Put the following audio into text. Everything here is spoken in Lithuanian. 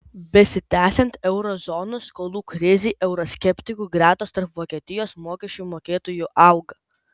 besitęsiant euro zonos skolų krizei euroskeptikų gretos tarp vokietijos mokesčių mokėtojų auga